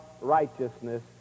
righteousness